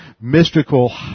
mystical